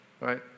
right